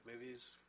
movies